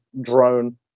drone